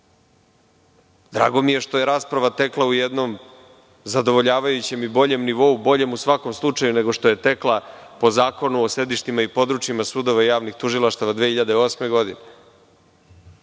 mi je što je rasprava tekla u jednom zadovoljavajućem i boljem nivou, boljem u svakom slučaju, nego što je tekla po Zakonu o sedištima i područjima sudova i javnih tužilaštava 2008. godine.